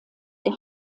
der